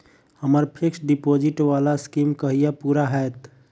हम्मर fixed deposit वला scheme कहिया पूरा हैत?